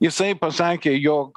jisai pasakė jog